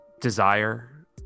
desire